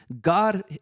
God